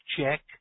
check